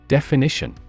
Definition